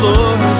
Lord